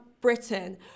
Britain